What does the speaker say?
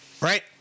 right